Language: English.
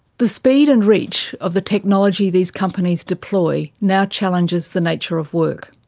the speed and reach of the technology these companies deploy now challenges the nature of work.